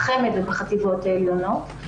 בחמ"ד ובחטיבות העליונות.